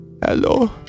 Hello